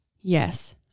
Yes